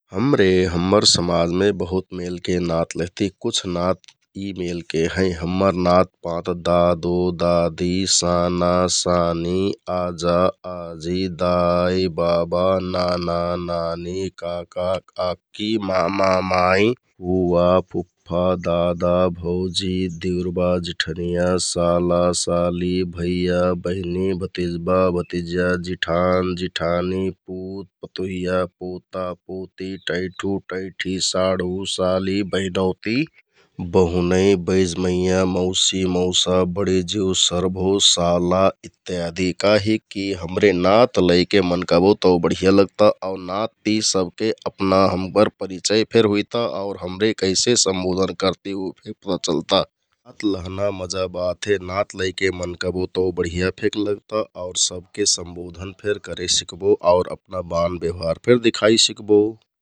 हमरे हम्मर समाजमे बहुत मेलके नाँत लेहति कुछ नाँत यि मेलके हैं हम्मर नाँतपाँत दादो दादि, साना सानि, आजा आजि, दाइ बाबा, नाना नानि, काका काकि, मामा माइ, फुवा फुफ्फा, दादा भौजि, दिउरबा, जिठनियाँ, साला, सालि, भैया, बहिनि, भतिज्बा, भतिज्या, जिठान जिठानि, पुत पतुहिया, पोता, पोति, टैठु टैठि, साढु सालि, बैदौति, बहुनै, बैझमैयाँ, मौसि, मौसा, बडिजिउ, सरभो, साल इत्यादि । काहिककि हमरे नाँत लैके मनकबो तौ बढिया लगता आउर नाँतति अपना हम्मर परिचय फेर हुइता आउर हमरे कैसे सम्बोधन करति उ फेर पता चलता । नाँत लहना मजा बात हे नाँत लैके मनकबो तौ बढिया फेक लगता आउर सबके सम्बोधन फेर करे सिकबो आउर अपना बान, ब्यवहार फेर दिखाइ सिकबो ।